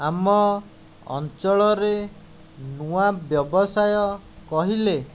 ଆମ ଅଞ୍ଚଳରେ ନୂଆ ବ୍ୟବସାୟ କହିଲେ